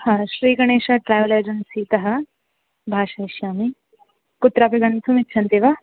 हा श्रीगणेशः ट्रावेल् एजन्सितः भाषयिष्यामि कुत्रापि गन्तुम् इच्छन्ति वा